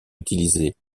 utilisé